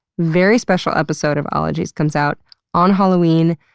very special episode of ologies comes out on halloween.